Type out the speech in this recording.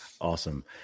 Awesome